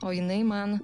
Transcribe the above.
o jinai man